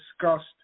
discussed